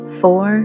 four